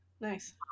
Nice